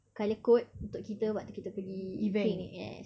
colour code untuk kita waktu kita pergi picnic yes